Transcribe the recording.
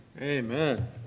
Amen